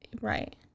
right